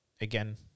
again